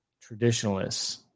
traditionalists